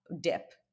dip